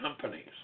companies